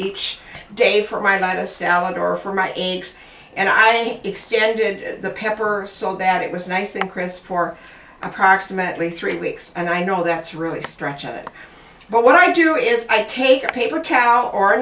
each day for my night of salad or for my aches and i extended the pepper saw that it was nice and chris for approximately three weeks and i know that's really stretch it but what i do is i take a paper towel or a